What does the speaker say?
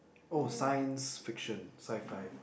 oh science fiction scifi